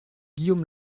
guillaume